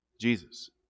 Jesus